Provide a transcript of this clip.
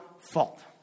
fault